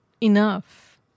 enough